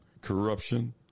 corruption